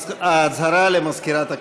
הודעה למזכירת הכנסת.